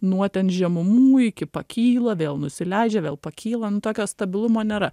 nuo ten žemumų iki pakyla vėl nusileidžia vėl pakyla nu tokio stabilumo nėra